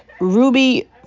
Ruby